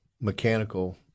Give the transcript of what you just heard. mechanical